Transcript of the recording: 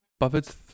Buffett's